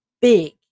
big